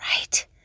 Right